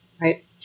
right